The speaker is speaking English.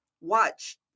watch